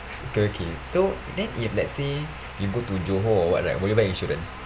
security so then if let's say you go to johor or what right will you buy insurance